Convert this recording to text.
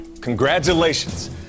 Congratulations